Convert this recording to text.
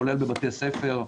כולל בבתי ספר,